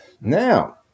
Now